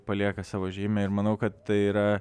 palieka savo žymę ir manau kad tai yra